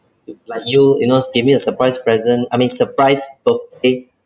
you like you you know give me a surprise present I mean surprise birthday